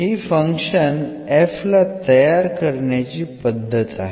ही function f ला तयार करण्याची पद्धत आहे